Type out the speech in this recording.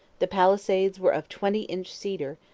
the palisades were of twenty-inch cedar,